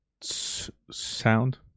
sound